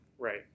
Right